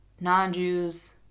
non-Jews